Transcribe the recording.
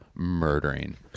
Murdering